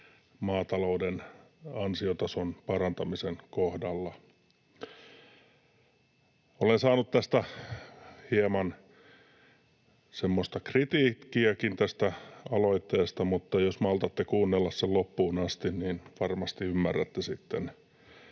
maatalouden ansiotason parantamisen kohdalla. Olen saanut tästä aloitteesta hieman kritiikkiäkin, mutta jos maltatte kuunnella loppuun asti, niin varmasti ymmärrätte sitten,